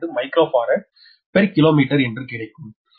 00562 microfarad per kilometre என்று கிடைக்கும்